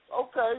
Okay